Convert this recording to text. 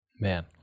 Man